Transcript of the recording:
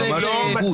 זה ממש עיוות.